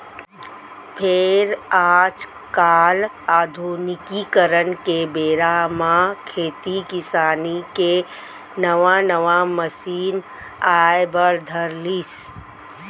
फेर आज काल आधुनिकीकरन के बेरा म खेती किसानी के नवा नवा मसीन आए बर धर लिस